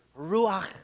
ruach